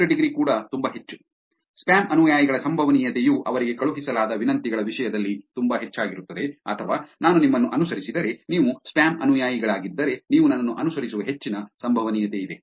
out degree ಕೂಡ ತುಂಬಾ ಹೆಚ್ಚು ಸ್ಪ್ಯಾಮ್ ಅನುಯಾಯಿಗಳ ಸಂಭವನೀಯತೆಯು ಅವರಿಗೆ ಕಳುಹಿಸಲಾದ ವಿನಂತಿಗಳ ವಿಷಯದಲ್ಲಿ ತುಂಬಾ ಹೆಚ್ಚಾಗಿರುತ್ತದೆ ಅಥವಾ ನಾನು ನಿಮ್ಮನ್ನು ಅನುಸರಿಸಿದರೆ ನೀವು ಸ್ಪ್ಯಾಮ್ ಅನುಯಾಯಿಗಳಾಗಿದ್ದರೆ ನೀವು ನನ್ನನ್ನು ಅನುಸರಿಸುವ ಹೆಚ್ಚಿನ ಸಂಭವನೀಯತೆಯಿದೆ